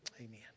Amen